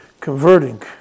converting